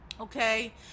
okay